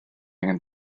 angen